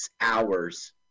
hours